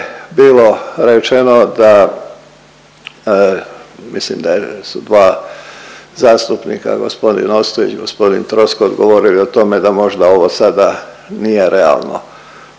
bilo rečeno da mislim da su dva zastupnika g. Ostojić, g. Troskot govorili o tome da možda ovo sada nije realno,